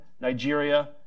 Nigeria